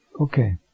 Okay